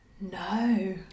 No